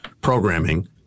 programming